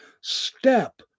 step